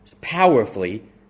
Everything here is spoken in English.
powerfully